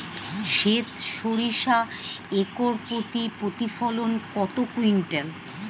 সেত সরিষা একর প্রতি প্রতিফলন কত কুইন্টাল?